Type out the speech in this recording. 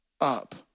up